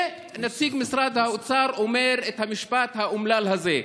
ונציג משרד האוצר אומר את המשפט האומלל הזה.